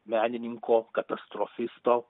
menininko katastrofisto